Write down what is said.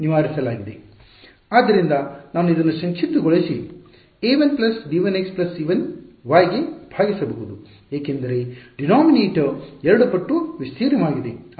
ಆದ್ದರಿಂದ ನಾನು ಇದನ್ನು ಸಂಕ್ಷಿಪ್ತ ಗೊಳಿಸಿ a1 b1x c1y ಗೆ ಭಾಗಿಸಬಹುದು ಏಕೆಂದರೆ ಡಿನಾಮಿನೆಟರ್ ಎರಡು ಪಟ್ಟು ವಿಸ್ತೀರ್ಣವಾಗಿದೆ